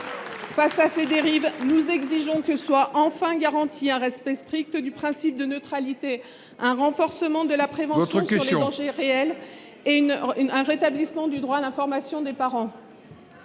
Face à ces dérives, nous exigeons que soient enfin garantis un respect strict du principe de neutralité, un renforcement de la prévention contre les dangers réels et le rétablissement du droit à l’information des parents.